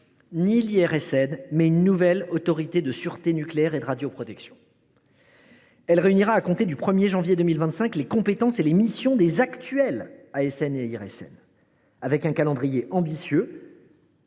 ni l’IRSN, mais une nouvelle Autorité de sûreté nucléaire et de radioprotection (ASNR). Elle réunira, à compter du 1 janvier 2025, les compétences et missions des actuels ASN et IRSN. C’est un calendrier ambitieux,